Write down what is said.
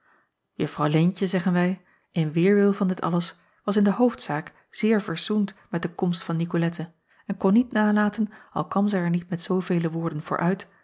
uffrouw eentje zeggen wij in weêrwil van dit alles was in de hoofdzaak zeer verzoend met de komst van icolette en kon niet nalaten al kwam zij er niet met zoovele woorden voor